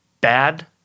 bad